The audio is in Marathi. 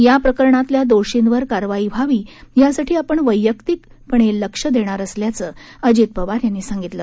या प्रकरणातल्या दोषींवर कारवाई व्हावी यासाठी आपण वैयक्तिकपणे लक्ष देणार असल्याचं अजित पवार यांनी सांगितलं